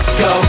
go